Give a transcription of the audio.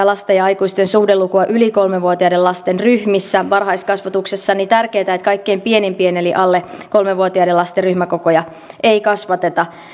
lasten ja aikuisten suhdelukua yli kolme vuotiaiden lasten ryhmissä varhaiskasvatuksessa niin kaikkein pienimpien eli alle kolme vuotiaiden lasten ryhmäkokoja ei kasvateta